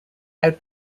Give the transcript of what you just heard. out